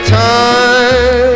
time